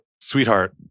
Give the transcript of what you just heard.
Sweetheart